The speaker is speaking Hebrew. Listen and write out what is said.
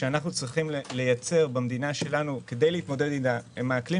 כשאנחנו צריכים לייצר חדשנות במדינה שלנו כדי להתמודד עם האקלים,